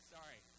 Sorry